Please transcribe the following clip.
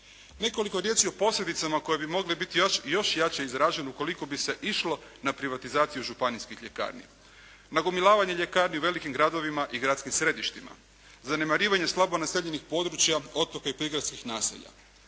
Nekoliko riječi o posljedicama koje bi mogle biti još jače izražene ukoliko bi se išlo na privatizaciju županijskih ljekarni. Nagomilavanje ljekarni u velikim gradovima i gradskim središtima, zanemarivanje slabo naseljenih područja, otoka i prigradskih naselja.